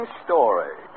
story